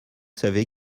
savez